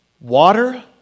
water